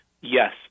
Yes